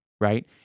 Right